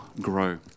grow